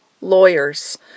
Lawyers